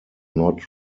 not